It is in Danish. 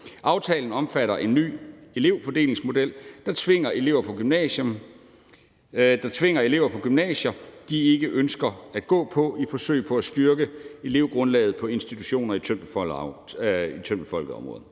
Aftalen omfatter en ny elevfordelingsmodel, der tvinger elever på gymnasier, de ikke ønsker at gå på, i et forsøg på at styrke elevgrundlaget på institutioner i tyndt befolkede områder.